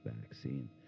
vaccine